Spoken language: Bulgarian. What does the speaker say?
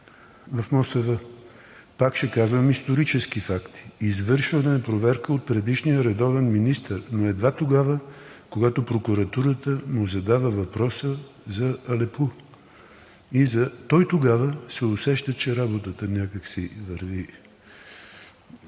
и водите? Пак ще казвам исторически факти – извършвана е проверка от предишния редовен министър, но едва тогава, когато прокуратурата му задава въпроса за Алепу. Той тогава се усеща, че работата някак си